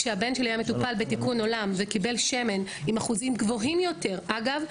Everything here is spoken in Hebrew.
כשהבן שלי היה מטופל בתיקון עולם וקיבל שמן עם אחוזים גבוהים יותר אגב,